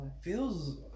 feels